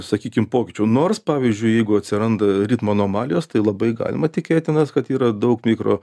sakykim pokyčių nors pavyzdžiui jeigu atsiranda ritmo anomalijos tai labai galima tikėtinas kad yra daug mikro